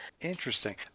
interesting